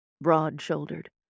broad-shouldered